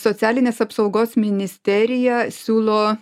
socialinės apsaugos ministerija siūlo